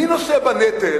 מי נושא בנטל